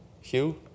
Hugh